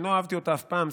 אני לא אהבתי אותה אף פעם,